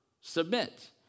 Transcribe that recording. submit